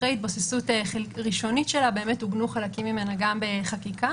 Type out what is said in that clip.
אחרי התבססות ראשונית שלה עוגנו חלקים ממנה גם בחקיקה.